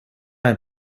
ein